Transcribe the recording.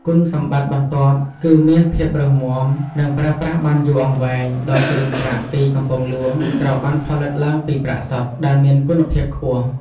គុណសម្បត្តិបន្ទាប់គឺ មានភាពរឹងមាំ និងប្រើប្រាស់បានយូរអង្វែងដោយគ្រឿងប្រាក់ពីកំពង់ហ្លួងត្រូវបានផលិតឡើងពី ប្រាក់សុទ្ធ ដែលមានគុណភាពខ្ពស់។